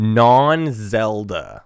non-zelda